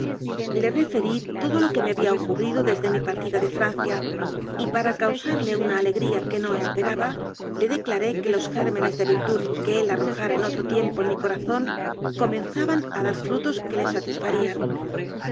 le referí todo lo que me había ocurrido desde mi partida de francia y para causarle una ale gría que no esperaba le declaré que los gérmenes de virtud que él arrojara en otro tiempo en mi corazón comenzaban a dar frutos que le